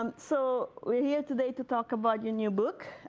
um so we're here today to talk about your new book.